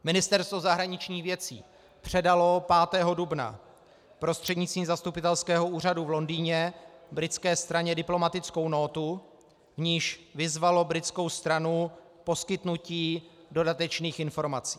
Ministerstvo zahraničních věcí předalo 5. dubna prostřednictvím zastupitelského úřadu v Londýně britské straně diplomatickou nótu, v níž vyzvalo britskou stranu k poskytnutí dodatečných informací.